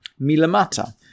Milamata